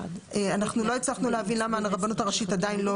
אנחנו לא הצלחנו להבין למה הרבנות הראשית עדיין לא